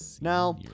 Now